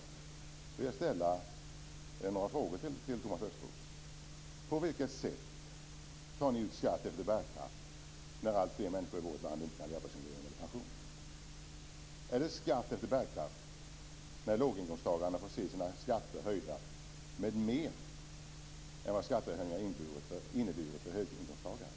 Då vill jag ställa några frågor till Thomas Östros. På vilket sätt tar ni ut skatt efter bärkraft när alltfler människor i vårt land inte kan leva på sin lön eller pension? Är det skatt efter bärkraft när låginkomsttagarna får se sina skatter höjda med mer än vad skattehöjningarna har inneburit för höginkomsttagare?